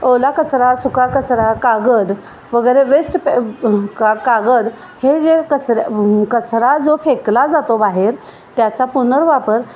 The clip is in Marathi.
ओला कचरा सुका कचरा कागद वगैरे वेस्ट का कागद हे जे कचऱ्या कचरा जो फेकला जातो बाहेर त्याचा पुनर्वापर